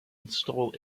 install